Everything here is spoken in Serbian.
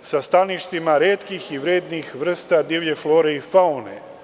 sa staništima retkih vrednih vrsta divlje flore i faune.